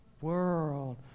world